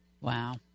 Wow